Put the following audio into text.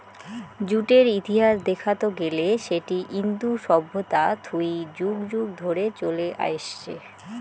জুটের ইতিহাস দেখাত গেলে সেটি ইন্দু সভ্যতা থুই যুগ যুগ ধরে চলে আইসছে